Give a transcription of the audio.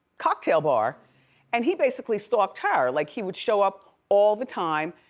cocktail bar and he basically stalked her. like he would show up all the time.